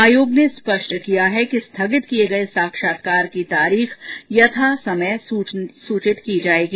आयोग ने स्पष्ट किया है कि स्थगित किए गए साक्षात्कार की तारीख की यथा समय सूचना की जाएगी